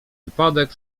wypadek